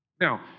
Now